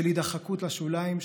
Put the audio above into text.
של הידחקות לשוליים,